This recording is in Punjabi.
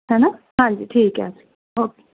ਹੈ ਨਾ ਹਾਂਜੀ ਠੀਕ ਹੈ ਓਕੇ